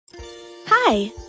Hi